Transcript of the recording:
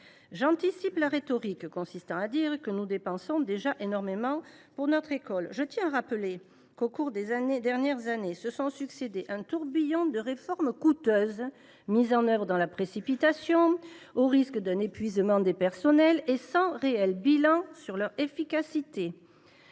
J’anticipe la rhétorique consistant à dire que nous dépensons déjà énormément pour notre école. Je tiens à rappeler qu’au cours des dernières années, nous avons vu passer un tourbillon de réformes coûteuses, mises en œuvre dans la précipitation, au risque d’un épuisement des personnels, et sans réel bilan quant à leur efficacité.